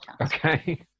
Okay